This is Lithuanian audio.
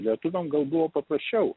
lietuviam gal buvo paprasčiau